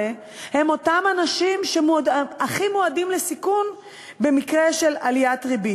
הם אותם אנשים שהכי מועדים לסיכון של עליית ריבית.